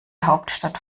hauptstadt